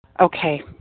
Okay